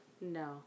No